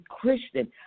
Christian